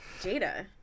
Jada